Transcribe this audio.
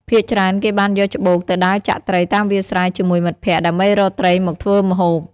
ភាគច្រើនគេបានយកច្បូកទៅដើរចាក់ត្រីតាមវាលស្រែជាមួយមិត្តភក្តិ ដើម្បីរកត្រីមកធ្វើម្ហូប។